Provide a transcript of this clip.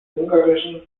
ungarischen